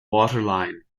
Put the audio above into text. waterline